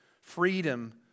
freedom